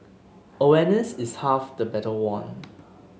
awareness is half the battle won